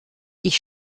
ich